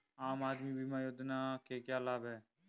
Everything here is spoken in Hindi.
आम आदमी बीमा योजना के क्या लाभ हैं?